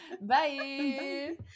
Bye